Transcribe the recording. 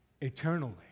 eternally